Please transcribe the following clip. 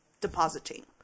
depositing